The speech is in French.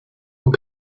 aux